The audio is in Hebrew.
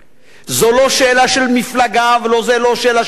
זו לא שאלה של מפלגה, וזה לא שאלה של צבע.